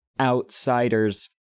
outsider's